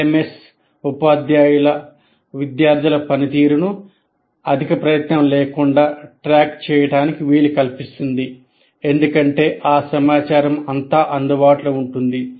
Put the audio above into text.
LMS ఉపాధ్యాయుల విద్యార్థుల పనితీరును అధిక ప్రయత్నం లేకుండా ట్రాక్ చేయటానికి వీలు కల్పిస్తుంది ఎందుకంటే ఆ సమాచారం అంతా అందుబాటులో ఉంటుంది